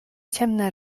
ciemne